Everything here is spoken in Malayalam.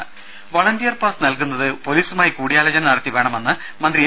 രേര വളണ്ടിയർ പാസ് നൽകുന്നത് പൊലീസുമായി കൂടിയാലോചന നടത്തി വേണമെന്ന് മന്ത്രി എ